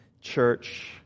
church